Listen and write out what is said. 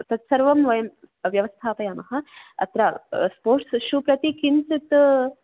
तत्सर्वं वयं व्यवस्थापयामः अत्र स्पोर्ट्स् शू प्रति किञ्चित्